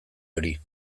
hori